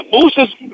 Boosters